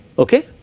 okay